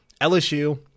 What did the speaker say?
LSU